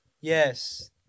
Yes